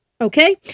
okay